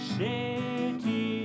city